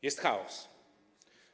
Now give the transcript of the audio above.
Jest chaos.